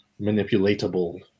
manipulatable